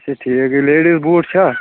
اچھا ٹھیٖک یہِ لیڑیٖز بوٗٹ چھا